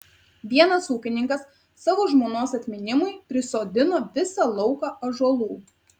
vienas ūkininkas savo žmonos atminimui prisodino visą lauką ąžuolų